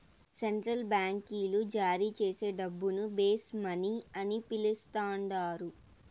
central బాంకీలు జారీచేసే డబ్బును బేస్ మనీ అని పిలస్తండారు